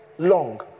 long